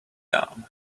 down